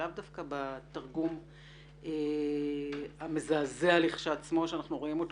לאו דווקא בתרגום המזעזע לכשעצמו שאנחנו רואים אותו